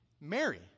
Mary